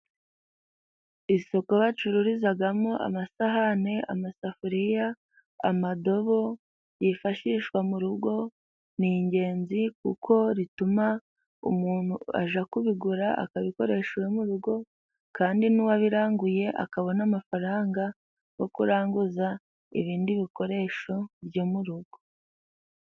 Isoko bacururizagamo amasahane, amasafuriya, amadobo, yifashishwa mu rugo. Ni ingenzi kuko rituma umuntu aja kubigura akabikoresha iwe mu rugo, kandi n'uwabiranguye akabona amafaranga go kuranguza ibindi bikoresho byo mu rugo.